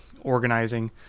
organizing